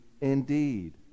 indeed